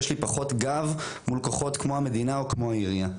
יש לי פחות גב מול כוחות כמו המדינה וכמו העירייה,